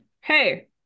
hey